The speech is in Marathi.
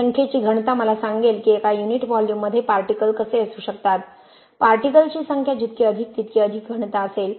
संख्येची घनता मला सांगेल की एका युनिट व्हॉल्यूममध्ये पार्टिकलकसे असू शकतात पार्टिकल्स ची संख्या जितकी अधिक तितकी अधिक घनता असेल